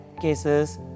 cases